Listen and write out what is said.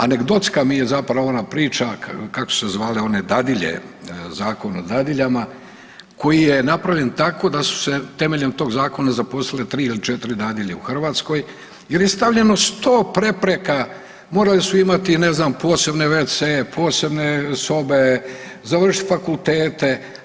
Anegdotska mi je zapravo ona priča, kako su se zvale one dadilje, Zakon o dadiljama, koji je napravljen tako da su se temeljem tog zakona zaposlile 3 ili 4 dadilje u Hrvatskoj jer je stavljeno 100 prepreka, morali su imati, ne znam, posebne wc-e, posebne sobe, završit fakultete.